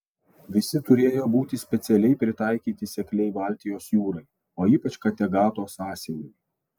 visi turėjo būti specialiai pritaikyti sekliai baltijos jūrai o ypač kategato sąsiauriui